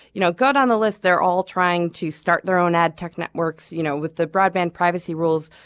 you know, go down the list. they're all trying to start their own ad tech networks, you know, with the broadband privacy rules.